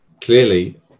clearly